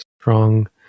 strong